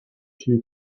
too